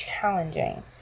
challenging